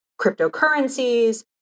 cryptocurrencies